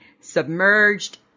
submerged